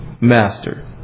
master